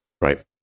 Right